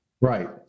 Right